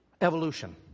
Evolution